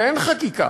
שאין חקיקה.